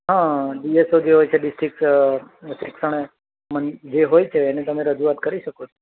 હ ડીએસઓ જે હોય છે ડિસ્ટ્રિક્ટ મન જે હોય છે એને તમે રજૂઆત કરી શકો છો